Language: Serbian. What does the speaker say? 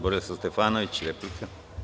Borislav Stefanović, replika.